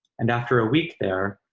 and after a week there,